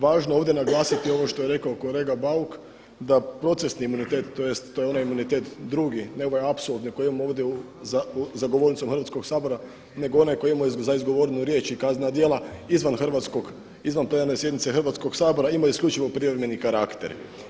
Važno je ovdje naglasiti ovo što je rekao kolega Bauk, da procesni imunitet, tj. to je onaj imunitet drugi, ne ovaj … koji imamo ovdje za govornicom Hrvatskog sabora, nego onaj koji imamo za izgovorenu riječ i kaznena djela izvan hrvatskog, izvan plenarne sjednice Hrvatskog sabora ima isključivo privremeni karakter.